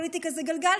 הפוליטיקה זה גלגל,